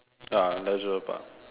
ya Leisure Park